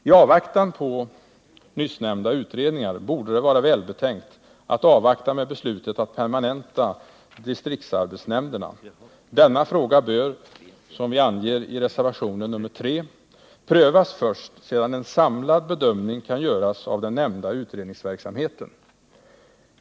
I avvaktan på nyssnämnda utredningar borde det vara välbetänkt att vänta med beslutet att permanenta distriktsarbetsnämnderna. Denna fråga bör, som vi anger i reservationen 3, prövas först sedan en samlad bedömning kan göras av den här nämnda utredningsverksamheten.